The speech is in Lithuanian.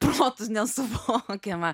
protu nesuvokiama